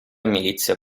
milizia